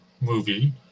movie